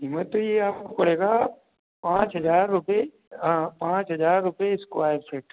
मैं तो यह आपको पड़ेगा पाँच हज़ार रुपये पाँच हज़ार रुपये स्क्वायर फिट